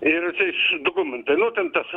ir dokumentai nu ten